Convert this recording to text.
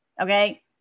Okay